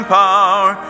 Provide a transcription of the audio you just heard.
power